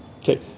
Okay